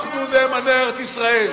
אנחנו נאמני ארץ-ישראל.